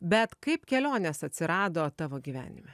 bet kaip kelionės atsirado tavo gyvenime